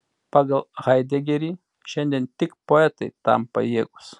pagal haidegerį šiandien tik poetai tam pajėgūs